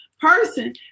person